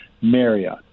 Marriott